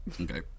okay